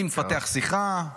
אם נפתח שיחה.